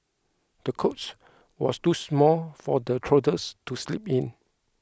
the cots was too small for the toddlers to sleep in